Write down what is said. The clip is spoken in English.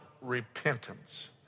repentance